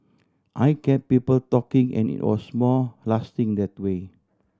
I kept people talking and it was more lasting that way